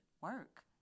work